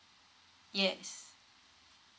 yes